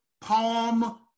palm